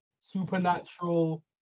supernatural